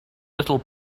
little